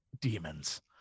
demons